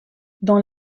dans